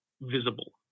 visible